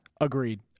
Agreed